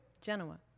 Genoa